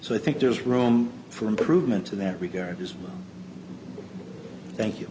so i think there's room for improvement in that regard as well thank you